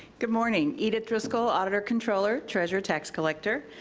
good morning, edith driscoll, auditor, controller, treasurer, tax collector.